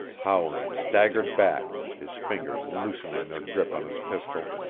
howland staggered back, his fingers loosening their grip on his pistol,